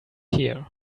here